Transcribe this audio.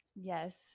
yes